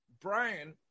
Brian